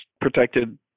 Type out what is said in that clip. protected